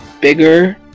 bigger